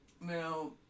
now